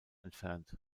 entfernt